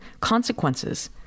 consequences